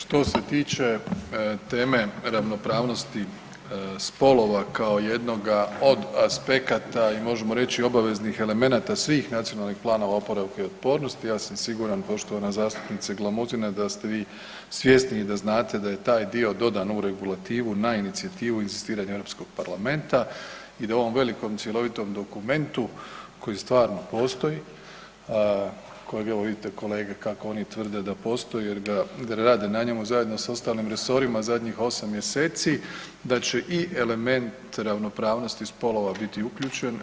Što se tiče teme ravnopravnosti spolova kao jednoga od aspekata i možemo reći, obaveznih elemenata svih nacionalnih planova oporavka i otpornosti, ja sam siguran poštovani zastupnice Glamuzina, da ste vi svjesni i da znate da je taj dio dodan u regulativu na inicijativu inzistiranja EU parlamenta i da ovom velikom cjelovitom dokumentu koji stvarno postoji, kojeg evo, vidite, kolege, kako oni tvrde da postoji jer ga, da rade na njemu zajedno sa ostalim resorima zadnjih 8 mjeseci, da će i element ravnopravnosti spolova biti uključen.